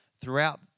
throughout